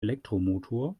elektromotor